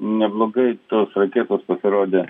neblogai tos raketos pasirodė